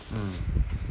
mm